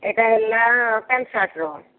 ଏଇଟା ହେଲା ପ୍ୟାଣ୍ଟ୍ ସାର୍ଟର